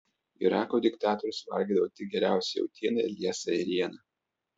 irako diktatorius valgydavo tik geriausią jautieną ir liesą ėrieną